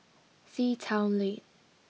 Sea Town Lane